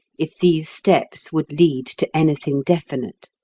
if these steps would lead to anything definite.